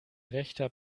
rechter